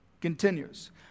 continues